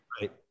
Right